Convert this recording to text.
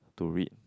to read